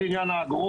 הוא עניין האגרות,